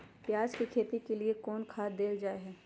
प्याज के खेती के लिए कौन खाद देल जा हाय?